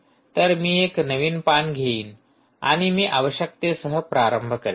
तर मी एक नवीन पान घेईन आणि मी आवश्यकतेसह प्रारंभ करीन